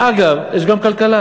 ואגב, יש גם כלכלה,